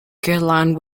caroline